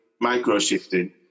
micro-shifting